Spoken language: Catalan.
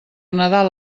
nadal